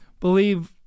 believe